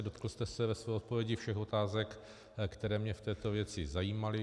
Dotkl jste se ve své odpovědi všech otázek, které mě v této věci zajímaly.